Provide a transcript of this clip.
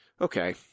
Okay